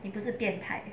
你不是变态